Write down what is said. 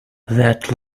that